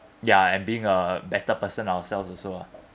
ya and being a better person ourselves also ah